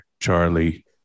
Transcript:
Charlie